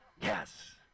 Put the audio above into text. Yes